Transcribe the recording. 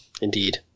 indeed